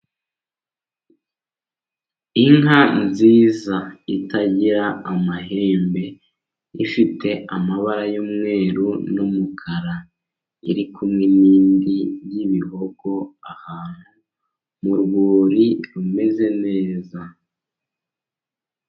Inka nziza itagira amahembe, ifite amabara y'umweru n'umukara, iri kumwe n'indi y'ibihogo, ahantu mu rwuri rumeze neza.